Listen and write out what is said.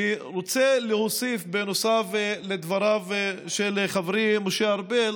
אני רוצה להוסיף על דבריו של חברי משה ארבל